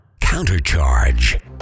Countercharge